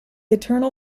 eternal